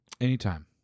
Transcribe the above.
Anytime